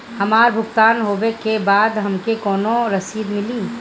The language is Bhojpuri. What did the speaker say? हमार भुगतान होबे के बाद हमके कौनो रसीद मिली?